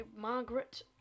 Margaret